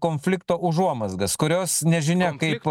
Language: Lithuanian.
konflikto užuomazgas kurios nežinia kaip